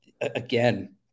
again